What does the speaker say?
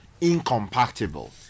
incompatible